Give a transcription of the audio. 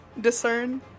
discern